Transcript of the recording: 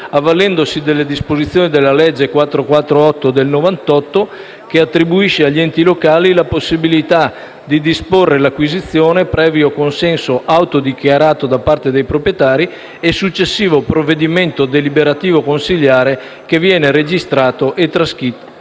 avvalendosi della disposizioni della legge n. 448 del 1998, che attribuisce agli enti locali la possibilità di disporre l'acquisizione, previo consenso autodichiarato da parte dei proprietari e successivo provvedimento deliberativo consiliare, che viene registrato e trascritto